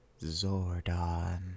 Zordon